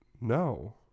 No